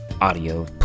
audio